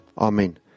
Amen